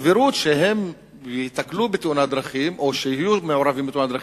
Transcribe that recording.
הסבירות שהם ייתקלו בתאונת דרכים או שיהיו מעורבים בתאונת דרכים,